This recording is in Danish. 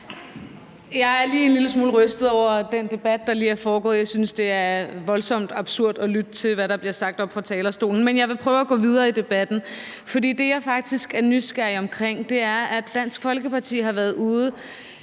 Jeg er en lille smule rystet over den debat, der lige er foregået. Jeg synes, det er voldsomt absurd at lytte til, hvad der bliver sagt oppe fra talerstolen. Men jeg vil prøve at gå videre i debatten, for det, jeg faktisk er nysgerrig omkring, er, at Dansk Folkeparti har været ude